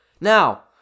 now